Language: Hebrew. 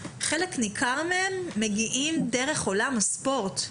חלק ניכר מהם מגיעים דרך עולם הספורט.